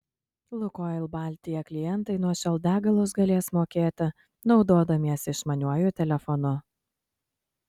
lukoil baltija klientai nuo šiol degalus galės mokėti naudodamiesi išmaniuoju telefonu